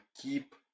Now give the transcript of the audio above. keep